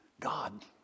God